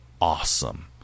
awesome